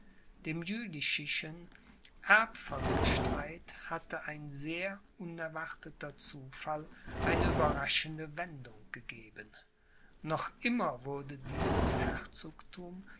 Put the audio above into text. dem jülichischen erbfolgestreit hatte ein sehr unerwarteter zufall eine überraschende wendung gegeben noch immer wurde dieses